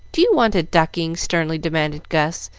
do you want a ducking? sternly demanded gus,